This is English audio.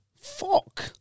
fuck